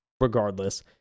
regardless